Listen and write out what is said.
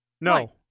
No